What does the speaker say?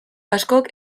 askok